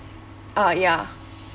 ah ya